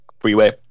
Freeway